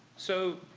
so,